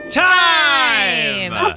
time